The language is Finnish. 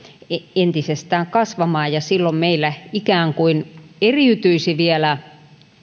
entisestään kasvamaan silloin meillä ikään kuin vielä